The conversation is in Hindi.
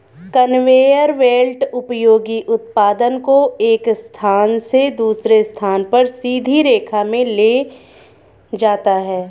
कन्वेयर बेल्ट उपयोगी उत्पाद को एक स्थान से दूसरे स्थान पर सीधी रेखा में ले जाता है